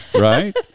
right